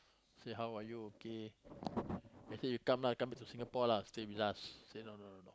say how are you okay I say you come lah come to Singapore lah stay we us say no no no